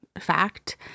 fact